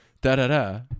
da-da-da